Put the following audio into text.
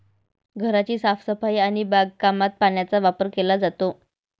घराची साफसफाई आणि बागकामात पाण्याचा वापर केला जातो